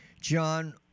John